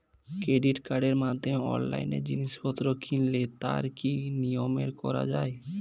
Credit কার্ডের মাধ্যমে অনলাইনে জিনিসপত্র কিনলে তার কি নিয়মে করা যায়?